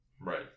Right